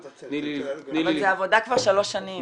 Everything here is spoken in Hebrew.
תני לי לבדוק -- אבל זו עבודה כבר שלוש שנים,